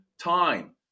time